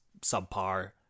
subpar